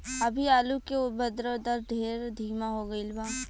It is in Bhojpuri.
अभी आलू के उद्भव दर ढेर धीमा हो गईल बा